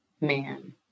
man